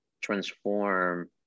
transform